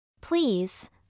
Please